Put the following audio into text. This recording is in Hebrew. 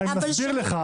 אני מסביר לך.